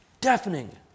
deafening